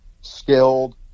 skilled